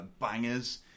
bangers